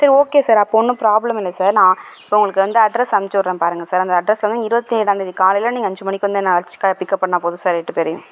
சரி okay sir அப்போ ஒன்றும் ப்ராப்ளம் இல்லை சார் நான் உங்களுக்கு வந்து அட்ரெஸ் அனுப்புச்சுவிட்றேன் பாருங்கள் சார் அந்த அட்ரெஸு வந்து இருபத்தி ஏழாம் தேதி காலையில் நீங்கள் அஞ்சு மணிக்கு வந்து என்ன அழைச்சிக்க பிக்அப் பண்ணா போதும் சார் எட்டுப்பேரையும்